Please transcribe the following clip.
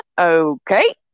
okay